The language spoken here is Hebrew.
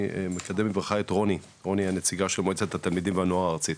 אני מקדם בברכה את רוני הנציגה של מועצת התלמידים והנוער הארצית.